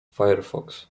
firefox